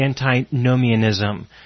antinomianism